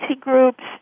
Groups